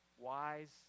wise